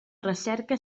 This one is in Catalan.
recerca